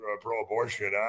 pro-abortion